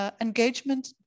engagement